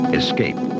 escape